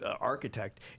architect